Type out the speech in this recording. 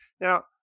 Now